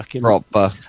Proper